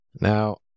Now